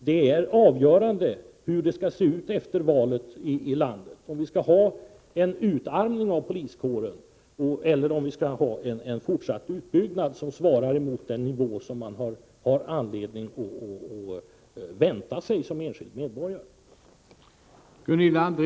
Dessa frågor är avgörande för hur det skall se ut här i landet efter valet, om det skall bli en utarmning av poliskåren eller en fortsatt utbyggnad som svarar mot den nivå som man som enskild medborgare har anledning att vänta sig.